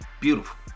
beautiful